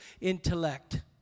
intellect